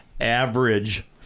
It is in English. average-